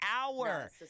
Hour